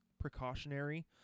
precautionary